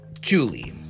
Julie